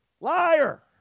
Liar